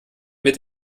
mit